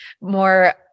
more